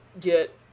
get